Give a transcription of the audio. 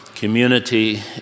community